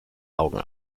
augen